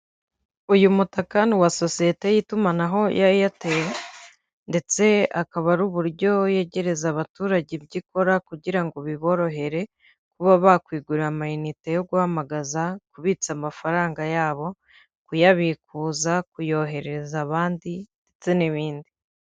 Uyu mutaka ni uwa sosiyete y'itumanaho yari Airtel, ndetse akaba ari uburyo yegereza abaturage ibyo ikora kugira ngo biborohere, kuba bakwigurira amainnite yo guhamagaza, kubitsa amafaranga yabo, kuyabikuza, kuyohererereza abandi ndetse n'ibindi.